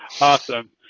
awesome